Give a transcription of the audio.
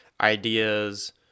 ideas